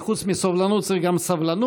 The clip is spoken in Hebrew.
חוץ מסובלנות צריך גם סבלנות.